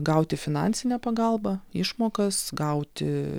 gauti finansinę pagalbą išmokas gauti